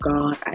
God